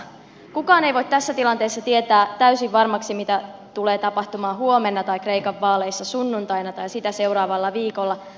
kukaan ei voi tässä tilanteessa tietää täysin varmaksi mitä tulee tapahtumaan huomenna tai kreikan vaaleissa sunnuntaina tai sitä seuraavalla viikolla